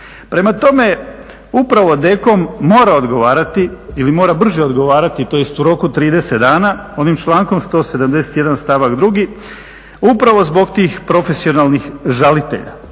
Prema tome, upravo DEKOM mora odgovarati ili mora brže odgovarati tj. u roku od 30 dana, onim člankom 171. stavak 2., upravo zbog tih profesionalnih žalitelja.